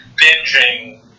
binging